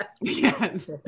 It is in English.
Yes